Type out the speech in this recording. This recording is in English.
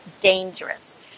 dangerous